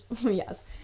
Yes